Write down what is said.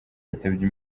yitabye